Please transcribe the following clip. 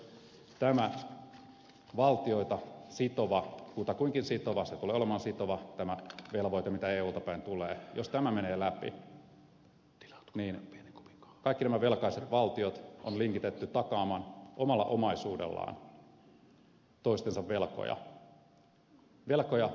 jos tämä valtioita kutakuinkin sitova velvoite se tulee olemaan sitova mikä eulta päin tulee menee läpi niin kaikki nämä velkaiset valtiot on linkitetty takaamaan omalla omaisuudellaan toistensa velkoja velkoja pyramidihuijauksessa